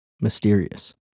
mysterious